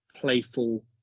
playful